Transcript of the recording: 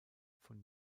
von